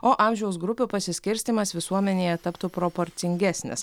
o amžiaus grupių pasiskirstymas visuomenėje taptų proporcingesnis